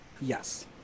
Yes